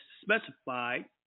specified